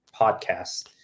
podcast